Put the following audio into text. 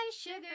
sugar